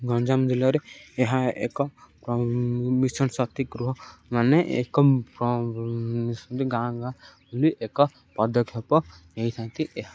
ଗଞ୍ଜାମ ଜିଲ୍ଲାରେ ଏହା ଏକ ମିଶନ ଶକ୍ତି ଗୃହମାନ ଏକ ଗାଁ ଗାଁ ଏକ ପଦକ୍ଷେପ ନେଇଥାନ୍ତି ଏହା